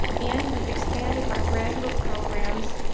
and we've expanded our graduate programs,